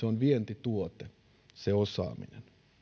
on vientituote